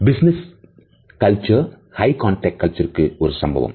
business culture ஹய் contact கல்ச்சருக்கு ஒரு சம்பவம்